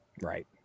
right